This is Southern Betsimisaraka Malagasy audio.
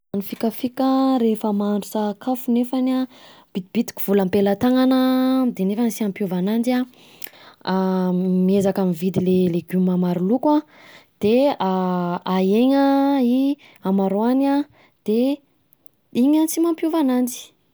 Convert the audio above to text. Ny fikafika rehefa mahandro sakafo nefany an, bitibitika vola am-pelantanana an, Nefany sy hampiova ananjy miezaka mividy le legioma maro loko an de ahena i hamaroany an, de iny an sy mampiova ananjy.